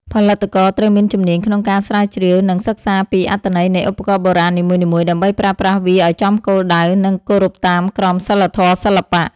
ផលិតករត្រូវមានជំនាញក្នុងការស្រាវជ្រាវ និងសិក្សាពីអត្ថន័យនៃឧបករណ៍បុរាណនីមួយៗ ដើម្បីប្រើប្រាស់វាឱ្យចំគោលដៅ និងគោរពតាមក្រមសីលធម៌សិល្បៈ។